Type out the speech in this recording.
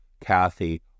Kathy